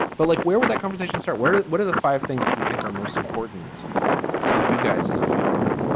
but like, where would that conversation start? where. what are the five things that you think are most important to you guys as a family?